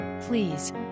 please